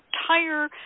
entire